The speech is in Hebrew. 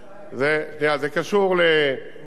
זה קשור לוועדות התכנון,